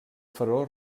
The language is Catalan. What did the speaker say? faraó